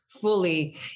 fully